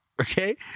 Okay